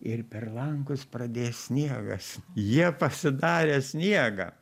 ir per langus pradėjo sniegas jie pasidarė sniegą